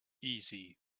easy